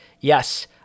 yes